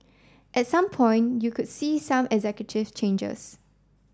at some point you could see some executive changes